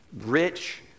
rich